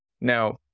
Now